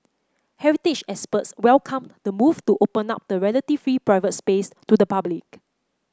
heritage experts welcomed the move to open up the relatively private space to the public